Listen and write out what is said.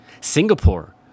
Singapore